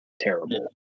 terrible